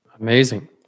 Amazing